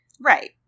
Right